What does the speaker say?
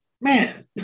man